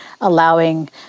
allowing